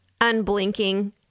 unblinking